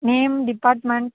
name department